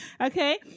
okay